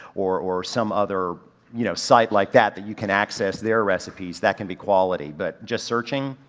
or or some other you know site like that that you can access their recipes, that can be quality, but just searching?